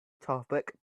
topic